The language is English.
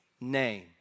name